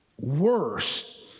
worse